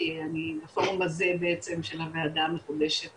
כי אני בפורום הזה של הוועדה המחודשת